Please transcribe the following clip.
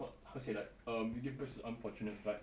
what how to say like um you give bags to the unfortunate like